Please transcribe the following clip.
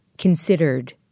considered